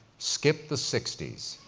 skip the sixty s.